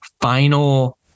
final